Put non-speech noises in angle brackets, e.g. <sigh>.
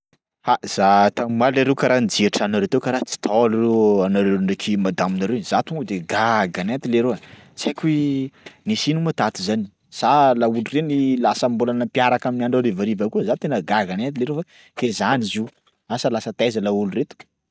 Ha, za tam'maly leroa karaha nijery tranonareo tao karaha tsy tao nareo anareo ndraiky madamonareo za tonga de gaga nenty leroa tsy haiko hoe nisy ino ma tato zany sa laolo reny lasa mbola nampiaraka amin'ny andro harivariva koa? Za tena gaga nenty leroa fa <noise> he zany zio, asa lasa taiza laolo reto?